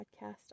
podcast